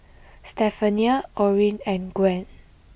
Stephania Orin and Gwen